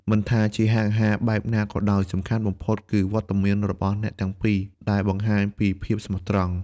មិនថាជាហាងអាហារបែបណាក៏ដោយ សំខាន់បំផុតគឺវត្តមានរបស់អ្នកទាំងពីរដែលបង្ហាញពីភាពស្មោះត្រង់។